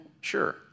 Sure